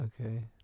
okay